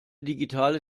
digitale